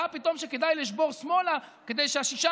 ראה פתאום שכדאי לשבור שמאלה כדי ששישה